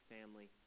family